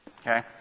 okay